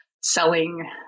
selling